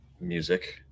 music